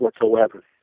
whatsoever